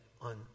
on